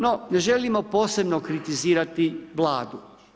No ne želimo posebno kritizirati Vladu.